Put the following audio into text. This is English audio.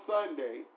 Sunday